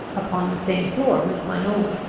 upon the same floor with my own.